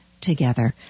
together